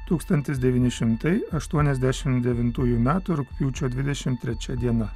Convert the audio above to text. tūkstantis devyni šimtai aštuoniasdešim devintųjų metų rugpjūčio dvidešimt trečia diena